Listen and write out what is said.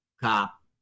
cop